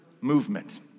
movement